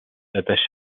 attachée